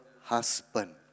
husband